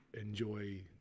enjoy